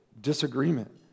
disagreement